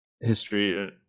history